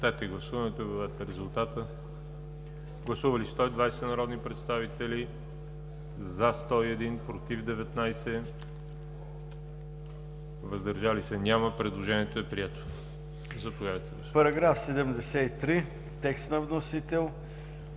Параграф 73 – текст на вносител,